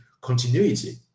continuity